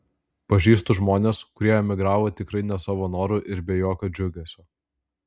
pažįstu žmones kurie emigravo tikrai ne savo noru ir be jokio džiugesio